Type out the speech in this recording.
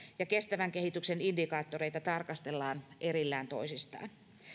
ja kestävän kehityksen indikaattoreita tarkastellaan erillään toisistaan